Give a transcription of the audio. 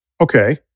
Okay